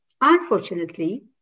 Unfortunately